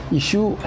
issue